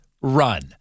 run